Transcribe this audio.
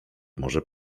może